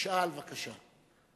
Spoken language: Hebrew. ישאל, בבקשה.